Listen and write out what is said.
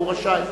והוא רשאי.